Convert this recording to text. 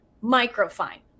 Micro-fine